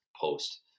post